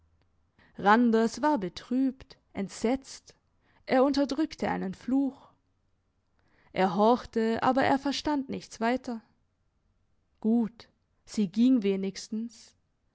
randers war betrübt entsetzt er unterdrückte einen fluch er horchte aber er verstand nichts weiter gut sie ging wenigstens